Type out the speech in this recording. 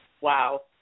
Wow